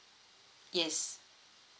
yes